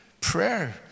Prayer